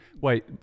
wait